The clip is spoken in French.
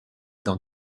dans